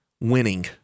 winning